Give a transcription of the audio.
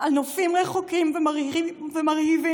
על נופים רחוקים ומרהיבים,